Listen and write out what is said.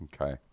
Okay